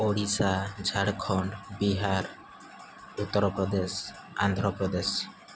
Odisha Jharkhand Bihar Uttar Pradesh Andhra Pradesh